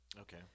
Okay